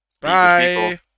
Bye